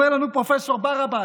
אומר לנו פרופ' ברבש,